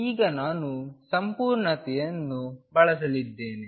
ಈಗ ನಾನು ಸಂಪೂರ್ಣತೆಯನ್ನು ಬಳಸಲಿದ್ದೇನೆ